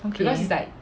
okay